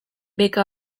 beka